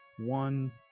One